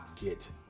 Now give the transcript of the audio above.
get